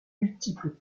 multiples